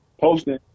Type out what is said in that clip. posting